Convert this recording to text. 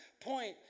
point